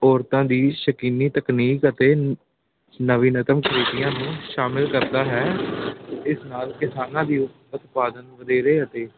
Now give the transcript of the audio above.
ਔਰਤਾਂ ਦੀ ਤਕਨੀਕ ਅਤੇ ਨਵੀਂ ਨੂੰ ਸ਼ਾਮਿਲ ਕਰਦਾ ਹੈ ਇਸ ਸਾਲ ਕਿਸਾਨਾਂ ਦੀ ਉਤਪਾਦਨ ਵਧੇਰੇ ਅਤੇ